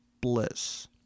Bliss